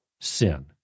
sin